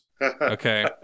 okay